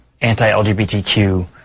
anti-LGBTQ